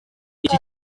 iki